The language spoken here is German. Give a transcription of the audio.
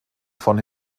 von